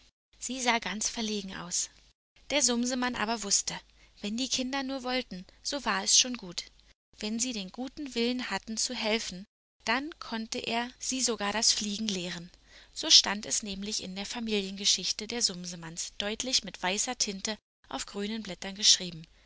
sie sah ganz verlegen aus der sumsemann aber wußte wenn die kinder nur wollten so war es schon gut wenn sie den guten willen hatten zu helfen dann konnte er sie sogar das fliegen lehren so stand es nämlich in der familiengeschichte der sumsemanns deutlich mit weißer tinte auf grünen blättern geschrieben